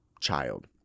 child